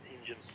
engine